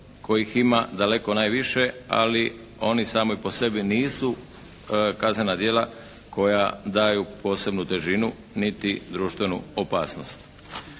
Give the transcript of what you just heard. kojih ima daleko najviše ali one same po sebi nisu kaznena djela koja daju posebnu težinu niti društvenu opasnost.